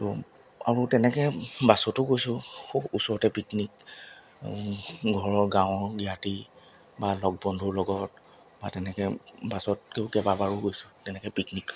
আৰু আৰু তেনেকৈ বাছতো গৈছোঁ খুব ওচৰতে পিকনিক ঘৰৰ গাঁৱৰ জ্ঞাতি বা লগ বন্ধুৰ লগত বা তেনেকৈ বাছতকৈয়ো কেইবাবাৰো গৈছোঁ তেনেকৈ পিকনিক